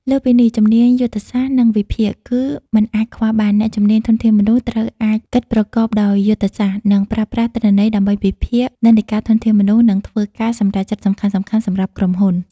លើសពីនេះ ជំនាញយុទ្ធសាស្ត្រ និងវិភាគ គឺមិនអាចខ្វះបាន អ្នកជំនាញ ធនធានមនុស្ស ត្រូវអាចគិតប្រកបដោយយុទ្ធសាស្ត្រ និងប្រើប្រាស់ទិន្នន័យដើម្បីវិភាគនិន្នាការធនធានមនុស្ស និងធ្វើការសម្រេចចិត្តសំខាន់ៗសម្រាប់ក្រុមហ៊ុន។